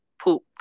poop